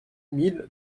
mille